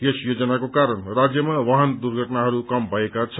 यस योजनाको कारण राज्यमा वाहन दुर्घटनाहरू कम भएका छन्